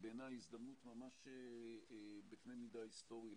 הזדמנות ממש בקנה מידה היסטורי בעיניי.